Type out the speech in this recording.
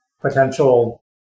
potential